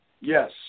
Yes